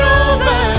over